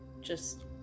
Just-